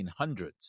1800s